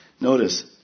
notice